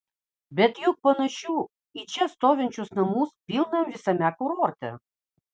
bet juk panašių į čia stovinčius namus pilna visame kurorte